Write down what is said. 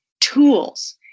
tools